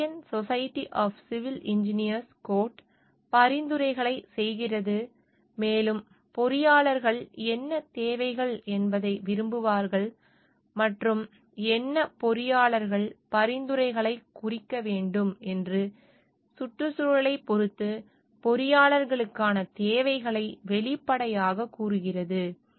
American Society of Civil Engineers code பரிந்துரைகளை செய்கிறது மேலும் பொறியாளர்கள் என்ன தேவைகள் என்பதை விரும்புவார்கள் மற்றும் என்ன பொறியாளர்கள் பரிந்துரைகளை குறிக்க வேண்டும் என்று சுற்றுச்சூழலைப் பொறுத்து பொறியாளர்களுக்கான தேவைகளை வெளிப்படையாகக் கூறுகிறது